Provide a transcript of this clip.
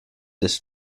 this